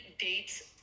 dates